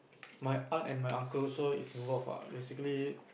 my aunt and my uncle so is involved ah basically